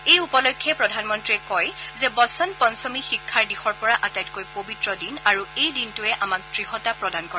এই উপলক্ষে প্ৰধানমন্ত্ৰীয়ে কয় যে বসন্ত পঞ্চমী শিক্ষাৰ দিশৰ পৰা আটাইতকৈ পবিত্ৰ দিন আৰু এই দিনটোৱে আমাক দৃঢ়তা প্ৰদান কৰে